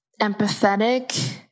empathetic